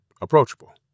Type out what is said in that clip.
approachable